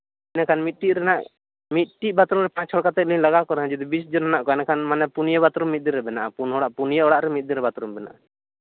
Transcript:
ᱮᱸᱰᱮᱠᱷᱟᱱ ᱢᱤᱫᱴᱤᱡ ᱨᱮᱦᱟᱸᱜ ᱢᱤᱫᱴᱤᱡ ᱵᱟᱛᱷᱨᱩᱢ ᱨᱮ ᱯᱟᱸᱪ ᱪᱷᱚᱭ ᱠᱟᱛᱮᱫ ᱞᱤᱧ ᱞᱟᱜᱟᱣ ᱠᱚ ᱨᱮᱦᱚᱸ ᱡᱩᱫᱤ ᱵᱤᱥ ᱡᱚᱱ ᱢᱮᱱᱟᱜ ᱠᱚᱣᱟ ᱮᱸᱰᱮᱠᱷᱟᱱ ᱢᱟᱱᱮ ᱯᱳᱱᱭᱟᱹ ᱵᱟᱛᱷᱨᱩᱢ ᱢᱤᱫ ᱫᱤᱱ ᱨᱮ ᱵᱮᱱᱟᱜᱼᱟ ᱯᱩᱱ ᱦᱚᱲᱟᱜ ᱯᱩᱱᱭᱟᱹ ᱚᱲᱟᱜ ᱨᱮ ᱢᱤᱫᱫᱤᱱ ᱨᱮ ᱵᱟᱛᱷᱨᱩᱢ ᱵᱮᱱᱟᱜᱼᱟ